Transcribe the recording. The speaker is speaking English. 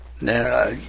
Now